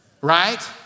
Right